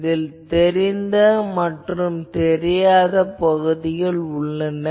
இதில் தெரிந்த மற்றும் தெரியாத பகுதிகள் உள்ளன